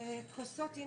כהצלחה.